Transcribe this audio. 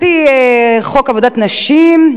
על-פי חוק עבודת נשים,